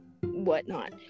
whatnot